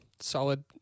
solid